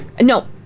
No